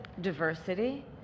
diversity